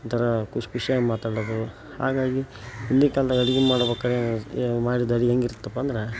ಒಂಥರಾ ಖುಷ್ ಖುಷಿಯಾಗ್ ಮಾತಾಡೋದು ಹಾಗಾಗಿ ಹಿಂದಿನ ಕಾಲ್ದಾಗ ಅಡುಗೆ ಮಾಡ್ಬೇಕಾರೆ ಮಾಡಿದ ಅಡುಗೆ ಹೇಗಿರತ್ತಪ್ಪಾ ಅಂದ್ರೆ